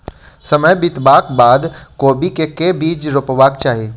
समय बितबाक बाद कोबी केँ के बीज रोपबाक चाहि?